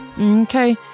Okay